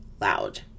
loud